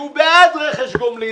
שהוא בעד רכש גומלין,